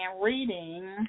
reading